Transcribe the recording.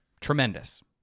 tremendous